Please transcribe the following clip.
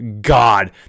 God